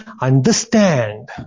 understand